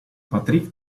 patrick